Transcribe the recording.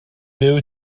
byw